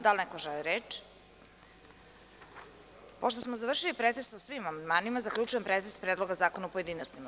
Da li neko želi reč? (Ne) Pošto smo završili pretres o svim amandmanima, zaključujem pretres Predloga zakona u pojedinostima.